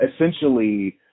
essentially